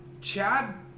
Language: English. Chad